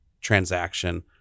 transaction